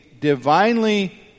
divinely